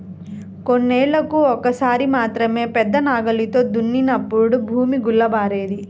కొన్నేళ్ళకు ఒక్కసారి మాత్రమే పెద్ద నాగలితో దున్నినప్పుడు భూమి గుల్లబారేది